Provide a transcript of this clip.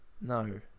No